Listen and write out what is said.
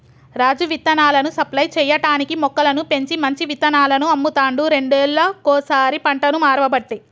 రాజు విత్తనాలను సప్లై చేయటానికీ మొక్కలను పెంచి మంచి విత్తనాలను అమ్ముతాండు రెండేళ్లకోసారి పంటను మార్వబట్టే